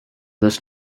this